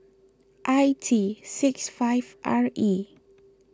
I T six five R E